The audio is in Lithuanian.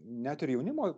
net ir jaunimo